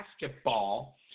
Basketball